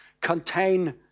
contain